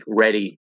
ready